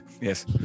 Yes